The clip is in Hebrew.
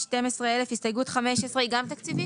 12,000. הסתייגות מספר 15. היא גם תקציבית?